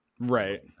Right